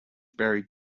buried